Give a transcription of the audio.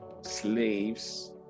slaves